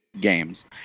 games